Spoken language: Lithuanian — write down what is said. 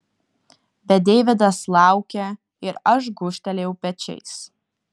bet deividas laukė ir aš gūžtelėjau pečiais